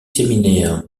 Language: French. séminaire